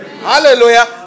Hallelujah